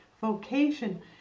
vocation